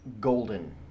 golden